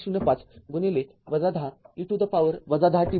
०५ t १० e to the power १० t बनेल